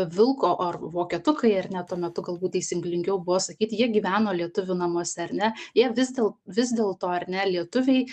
vilko ar vokietukai ar ne tuo metu galbūt taisyklingiau buvo sakyti jie gyveno lietuvių namuose ar ne jie vis dėl vis dėlto ar ne lietuviai